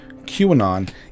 QAnon